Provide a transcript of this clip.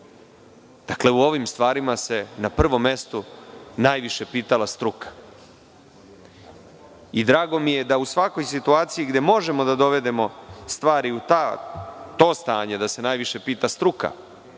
ovim stvarima se na prvom mestu najviše pitala struka. Drago mi je da u svakoj situaciji gde možemo da dovedemo stvari u to stanje da se najviše pita struka,